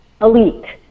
elite